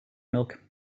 milk